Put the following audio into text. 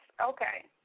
Okay